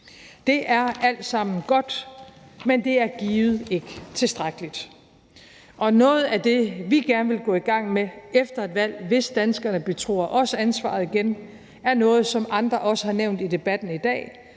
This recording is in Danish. Det er alt sammen godt, men det er givet ikke tilstrækkeligt. Og noget af det, vi gerne vil gå i gang med efter et valg, hvis danskerne betror os ansvaret igen, er noget, som andre også har nævnt i debatten i dag,